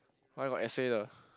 why got essay the